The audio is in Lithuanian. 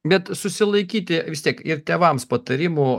bet susilaikyti vis tiek ir tėvams patarimų